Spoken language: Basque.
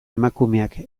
emakumeak